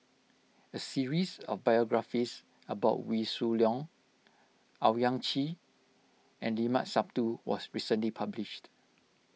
a series of biographies about Wee Shoo Leong Owyang Chi and Limat Sabtu was recently published